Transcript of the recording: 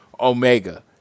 Omega